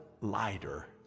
lighter